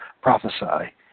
prophesy